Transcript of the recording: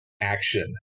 Action